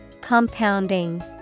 Compounding